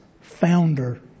founder